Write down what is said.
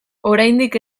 oraindik